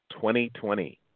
2020